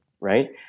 right